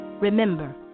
Remember